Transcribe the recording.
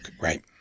right